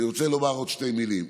אני רוצה לומר עוד שתי מילים.